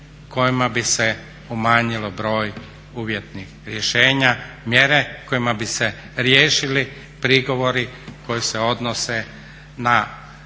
kojima bi se umanjio broj uvjetnih rješenja, mjere kojima bi se riješili prigovori koji se odnose na